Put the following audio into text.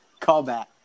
Callback